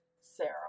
Sarah